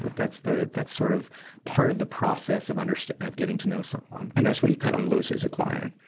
but that's the, that's sort of part of the process of underst, of getting to know someone. and that's when you cut em loose as a client.